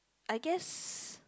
I guess